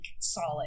solid